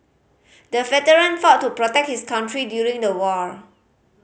the veteran fought to protect his country during the war